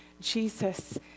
Jesus